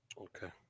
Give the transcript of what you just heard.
okay